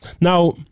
Now